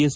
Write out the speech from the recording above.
S